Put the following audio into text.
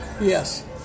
Yes